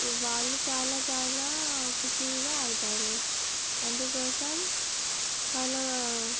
వాళ్ళు చాలా చాలా ఖుషిగా అయితారు అందుకోసం వాళ్ళ